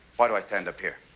why do i stand up here?